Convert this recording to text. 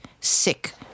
sick